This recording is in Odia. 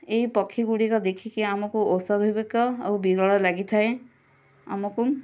ଏହି ପକ୍ଷୀ ଗୁଡ଼ିକ ଦେଖିକି ଆମକୁ ଅସ୍ୱାଭାବିକ ଆଉ ବିରଳ ଲାଗିଥାଏ ଆମକୁ